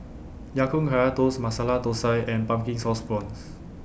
Ya Kun Kaya Toast Masala Thosai and Pumpkin Sauce Prawns